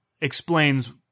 explains